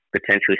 potentially